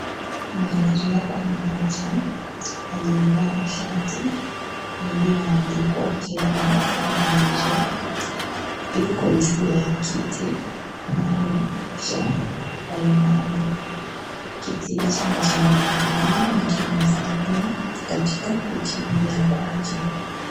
Mwanariadha mmoja aliyevaa shati iliyoandikwa Kenya kutoka nje. Yuko juu ya hakiti maalum cha walemavu. Kiti hichi nijamagurudumu na kinanisaidia katika kukimbia kwake.